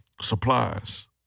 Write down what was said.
Supplies